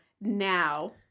now